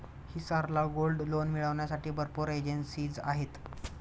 हिसार ला gold loan मिळविण्यासाठी भरपूर एजेंसीज आहेत